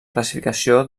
classificació